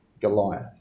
Goliath